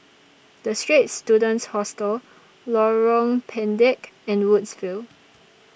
The Straits Students Hostel Lorong Pendek and Woodsville